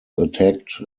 attacked